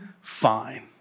fine